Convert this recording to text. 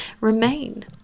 remain